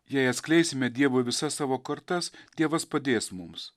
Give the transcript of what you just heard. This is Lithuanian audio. jei atskleisime dievui visas savo kortas dievas padės mums